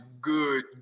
good